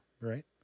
right